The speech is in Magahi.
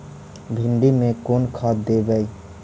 भिंडी में कोन खाद देबै?